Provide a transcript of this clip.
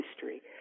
history